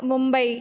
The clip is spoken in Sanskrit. मुम्बै